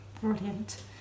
brilliant